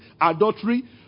adultery